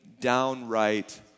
downright